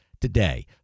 today